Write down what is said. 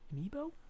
Amiibo